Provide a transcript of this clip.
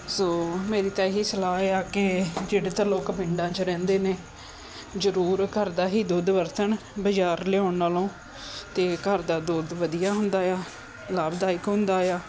ਸੋ ਮੇਰੀ ਤਾਂ ਇਹ ਹੀ ਸਲਾਹ ਆ ਕਿ ਜਿਹੜੇ ਤਾਂ ਲੋਕ ਪਿੰਡਾਂ 'ਚ ਰਹਿੰਦੇ ਨੇ ਜ਼ਰੂਰ ਘਰ ਦਾ ਹੀ ਦੁੱਧ ਵਰਤਣ ਬਾਜ਼ਾਰ ਲਿਆਉਣ ਨਾਲੋਂ ਅਤੇ ਘਰ ਦਾ ਦੁੱਧ ਵਧੀਆ ਹੁੰਦਾ ਆ ਲਾਭਦਾਇਕ ਹੁੰਦਾ ਆ